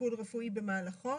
הטיפול הרפואי במהלכו.